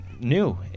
new